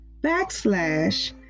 backslash